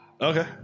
Okay